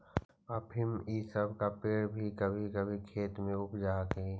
अफीम इ सब के पेड़ भी कभी कभी खेत में उग जा हई